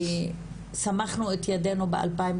כי סמכנו את ידינו ב-2017,